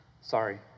Sorry